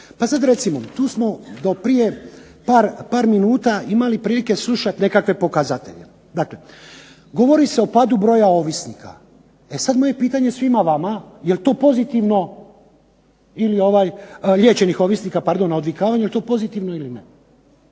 Pa sada recimo, tu smo do prije par minuta imali prilike slušati nekakve pokazatelje. Dakle, govori se o padu broja ovisnika. E sada moje pitanje svima vama jel to pozitivno pardon liječenih ovisnika na odvikavanju jel to pozitivno ili ne?